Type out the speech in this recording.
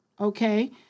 Okay